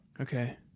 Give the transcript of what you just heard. okay